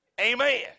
Amen